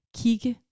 kigge